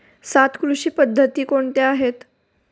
सात कृषी पद्धती कोणत्या आहेत?